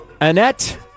Annette